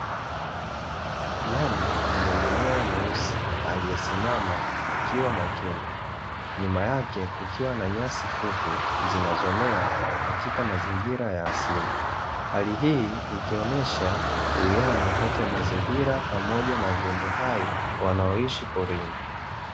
Nyani mwenye manyoya meusi, aliyesimama akiwa makini, nyuma yake kukiwa na nyasi fupi zinazomea katika mazingira ya asili, hali hii ikionyesha uwiano kati ya mazingira na pamoja na viumbe hai wanaoishi porini.